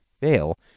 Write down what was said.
fail